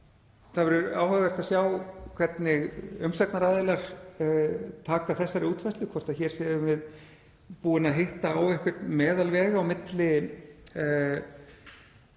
Það verður áhugavert að sjá hvernig umsagnaraðilar taka þessari útfærslu, hvort við séum hér búin að hitta á einhvern meðalveg á milli